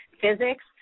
physics